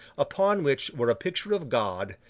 upon which were a picture of god,